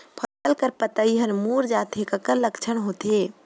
फसल कर पतइ हर मुड़ जाथे काकर लक्षण होथे?